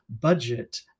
budget